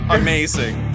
amazing